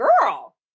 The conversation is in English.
Girl